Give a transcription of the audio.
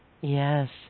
Yes